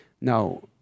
Now